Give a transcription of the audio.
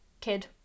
kid